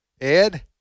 Ed